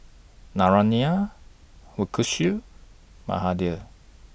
Naraina Mukesh Mahade